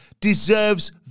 deserves